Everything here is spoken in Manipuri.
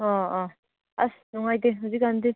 ꯑꯥ ꯑꯥ ꯑꯁ ꯅꯨꯡꯉꯥꯏꯇꯦ ꯍꯧꯖꯤꯛꯀꯥꯟꯗꯤ